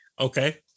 Okay